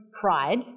pride